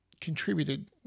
contributed